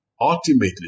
Ultimately